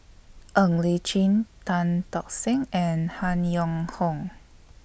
Ng Li Chin Tan Tock Seng and Han Yong Hong